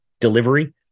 Delivery